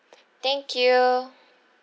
thank you